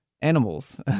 animals